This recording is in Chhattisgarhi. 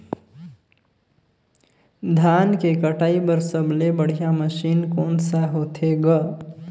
धान के कटाई बर सबले बढ़िया मशीन कोन सा होथे ग?